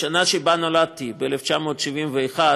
בשנה שבה נולדתי, ב-1971,